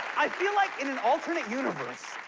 i feel like, in an alternate universe,